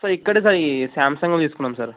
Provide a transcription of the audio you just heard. so ఇక్కడే sir ఈ Samsung తీసుకున్నాం సార్